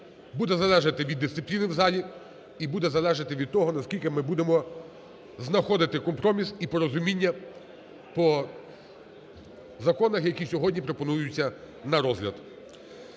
буде залежати від дисципліни в залі і буде залежати від того, наскільки ми будемо знаходити компроміс і порозуміння по законах, які сьогодні пропонуються на розгляд.